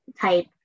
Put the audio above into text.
type